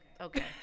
Okay